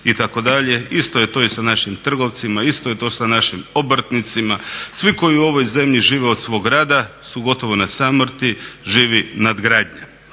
itd. Isto je to i sa našim trgovcima, isto je to sa našim obrtnicima. Svi koji u ovoj zemlji žive od svog rada su gotovo na samrti, živi nadgradnja.